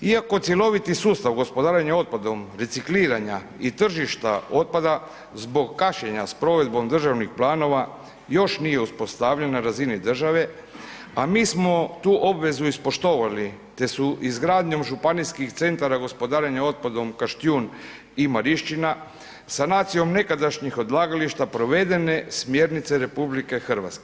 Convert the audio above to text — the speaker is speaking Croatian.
Iako cjeloviti sustav gospodarenja otpadom recikliranja i tržišta otpada zbog kašnjenja s provedbom državnih planova još nije uspostavljen na razini države a mi smo tu obvezu ispoštovali te su izgradnjom županijskih centara gospodarenja otpadom Kaštijun i Marišćina, sanacijom nekadašnjih odlagališta provedene smjernice RH.